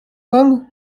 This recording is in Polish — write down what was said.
pan